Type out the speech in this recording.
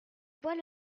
voilà